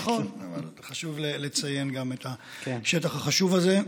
נכון, אבל חשוב לציין גם את השטח החשוב הזה.